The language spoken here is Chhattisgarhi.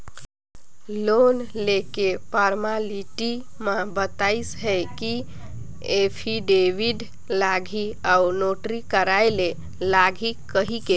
लोन लेके फरमालिटी म बताइस हे कि एफीडेबिड लागही अउ नोटरी कराय ले लागही कहिके